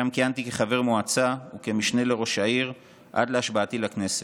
שם כיהנתי כחבר מועצה וכמשנה לראש העיר עד להשבעתי לכנסת.